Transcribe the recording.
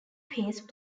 pace